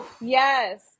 Yes